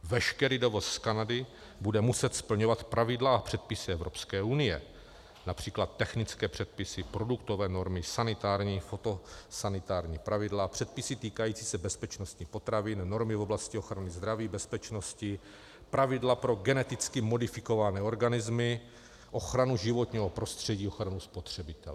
Veškerý dovoz z Kanady bude muset splňovat pravidla a předpisy Evropské unie, například technické předpisy, produktové normy, sanitární pravidla, předpisy týkající se bezpečnosti potravin a normy v oblasti ochrany zdraví, bezpečnosti, pravidla pro geneticky modifikované organismy, ochranu životního prostředí, ochranu spotřebitele.